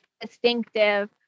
distinctive